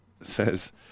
says